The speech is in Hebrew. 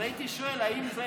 אז הייתי שואל האם זה